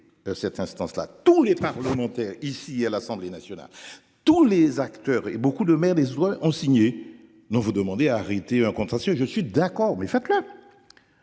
Cette instance là. Tous les parlementaires ici à l'Assemblée nationale. Tous les acteurs et beaucoup de maires des autres ont signé. Non, vous demandez à arrêter un contentieux. Je suis d'accord mais faites-le.